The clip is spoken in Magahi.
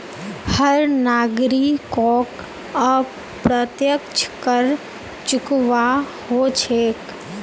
हर नागरिकोक अप्रत्यक्ष कर चुकव्वा हो छेक